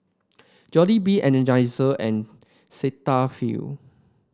Jollibee Energizer and Cetaphil